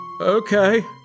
Okay